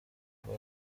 rwo